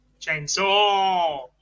Chainsaw